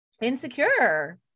insecure